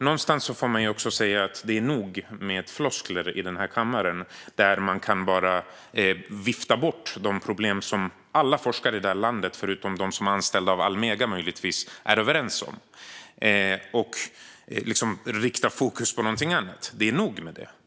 Någonstans får man säga att det är nog med floskler i den här kammaren. Man kan inte bara vifta bort alla de problem som alla forskare i det här landet är överens om, utom möjligtvis de som är anställda av Almega, och rikta fokus på något annat. Det får vara nog med det.